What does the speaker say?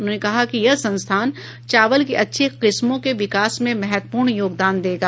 उन्होंने कहा कि यह संस्थान चावल की अच्छी किस्मों के विकास में महत्वपूर्ण योगदान देगा